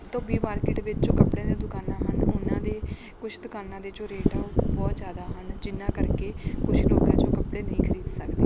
ਧੋਬੀ ਮਾਰਕੀਟ ਵਿੱਚ ਜੋ ਕੱਪੜਿਆਂ ਦੀਆਂ ਦੁਕਾਨਾਂ ਹਨ ਉਹਨਾਂ ਦੇ ਕੁਛ ਦੁਕਾਨਾਂ ਦੇ ਜੋ ਰੇਟ ਹੈ ਉਹ ਬਹੁਤ ਜ਼ਿਆਦਾ ਹਨ ਜਿਨ੍ਹਾਂ ਕਰਕੇ ਕੁਛ ਲੋਕ ਹੈ ਜੋ ਕੱਪੜੇ ਨਹੀਂ ਖਰੀਦ ਸਕਦੇ